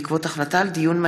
דב חנין ויוסף ג'בארין,